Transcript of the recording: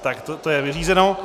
Tak to je vyřízeno.